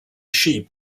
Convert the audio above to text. sheep